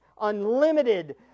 unlimited